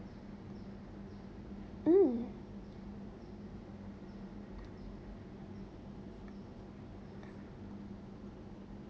mm